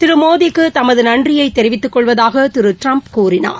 திரு மோடிக்கு தமது நன்றியை தெரிவித்துக் கொள்வதாக திரு ட்டிரம்ப் கூறினார்